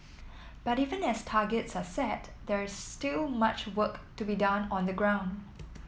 but even as targets are set there is still much work to be done on the ground